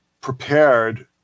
prepared